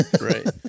Right